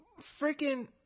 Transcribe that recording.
freaking